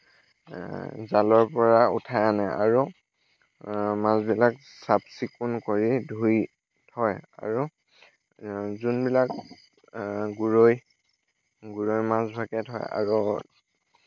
জালৰ পৰা উঠাই আনে আৰু মাছবিলাক চাফ চিকুণ কৰি ধুই থয় আৰু যোনবিলাক গৰৈ গৰৈ মাছ থাকে আৰ